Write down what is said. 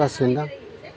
जासिगोन दां